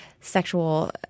sexual –